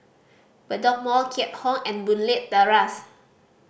Bedok Mall Keat Hong and Boon Leat Terrace